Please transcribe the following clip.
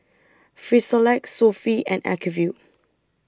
Frisolac Sofy and Acuvue